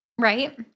Right